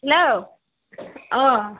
हेल' अ